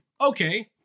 Okay